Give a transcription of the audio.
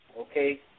Okay